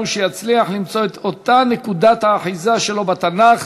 שיצליח למצוא את אותה נקודת האחיזה שלו בתנ"ך,